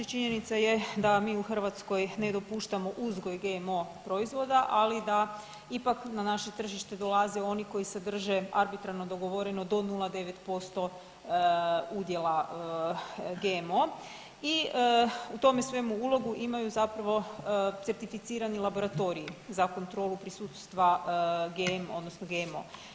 Činjenica je da mi u Hrvatskoj ne dopuštamo uzgoj GMO proizvoda, ali da ipak na naše tržište dolaze oni koji se drže arbitrarno dogovoreno do 0,9% udjela GMO i u tome svemu ulogu imaju zapravo certificirani laboratoriji za kontrolu prisustva GM odnosno GMO.